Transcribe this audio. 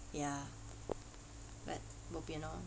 ya but bopian lor